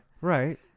Right